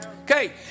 okay